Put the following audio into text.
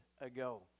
ago